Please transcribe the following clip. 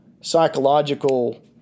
psychological